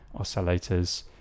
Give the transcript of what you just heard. oscillators